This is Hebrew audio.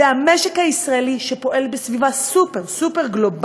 והמשק הישראלי, שפועל בסביבה סופר-סופר-גלובלית,